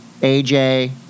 AJ